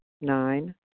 Nine